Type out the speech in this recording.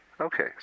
Okay